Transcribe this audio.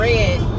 Red